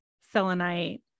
selenite